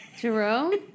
Jerome